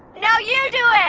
now you do it!